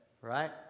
right